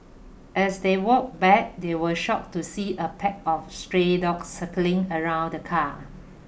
as they walked back they were shocked to see a pack of stray dogs circling around the car